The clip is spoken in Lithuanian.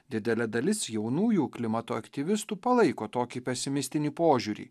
didelė dalis jaunųjų klimato aktyvistų palaiko tokį pesimistinį požiūrį